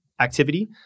activity